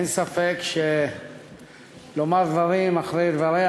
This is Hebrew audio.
אין ספק שלומר דברים אחרי דבריה